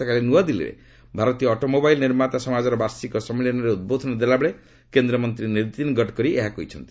ଗତକାଲି ନୂଆଦିଲ୍ଲୀରେ ଭାରତୀୟ ଅଟୋମୋବାଇଲ ନିର୍ମାତା ସମାଜର ବାର୍ଷିକ ସମ୍ମିଳନୀରେ ଉଦ୍ବୋଧନ ଦେଲାବେଳେ କେନ୍ଦ୍ରମନ୍ତ୍ରୀ ନୀତିନ ଗଡକରୀ ଏହା କହିଛନ୍ତି